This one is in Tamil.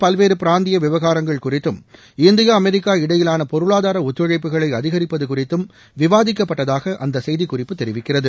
பல்வேறு பிராந்திய விவகாரங்கள் குறித்தும் இந்தியா அமெரிக்கா இடையிலான பொருளாதார ஒத்துழைப்புகளை அதிகரிப்பது குறித்தும் விவாதிக்கப்பட்டதாக அந்த செய்திக்குறிப்பு தெரிவிக்கிறது